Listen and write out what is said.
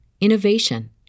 innovation